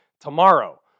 tomorrow